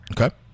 okay